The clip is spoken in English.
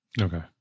Okay